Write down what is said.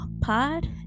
pod